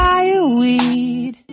Fireweed